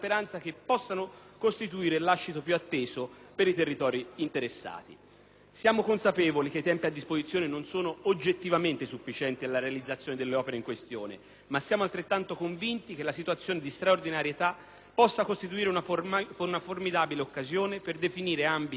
Siamo consapevoli che i tempi a disposizione non sono oggettivamente sufficienti alla realizzazione delle opere in questione, ma siamo altrettanto convinti che la situazione di straordinarietà possa costituire una formidabile occasione per definire ambiti di progettazione, affidamento dei lavori e aperture di nuovi cantieri.